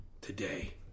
today